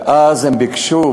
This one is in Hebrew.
ואז הם ביקשו,